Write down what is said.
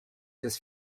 this